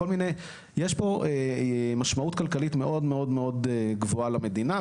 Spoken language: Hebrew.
יש פה משמעות כלכלית מאוד-מאוד גבוהה למדינה,